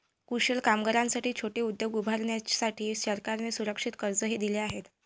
कुशल कारागिरांसाठी छोटे उद्योग उभारण्यासाठी सरकारने असुरक्षित कर्जही दिले आहे